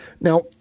Now